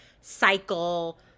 cycle